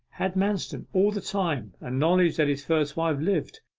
had manston, all the time, a knowledge that his first wife lived,